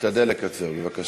להשתדל לקצר בבקשה.